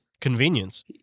convenience